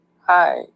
hi